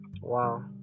Wow